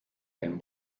ein